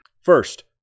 First